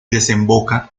desemboca